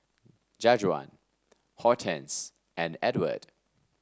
Jajuan Hortense and Edward